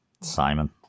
Simon